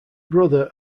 brother